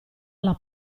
alla